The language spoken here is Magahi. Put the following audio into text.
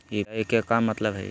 यू.पी.आई के का मतलब हई?